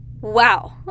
Wow